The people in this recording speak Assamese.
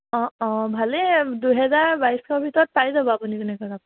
অঁ অঁ ভালেই দুহেজাৰ বাইছ শ ভিতৰত পাই যাব আপুনি তেনেকুৱা কাপোৰ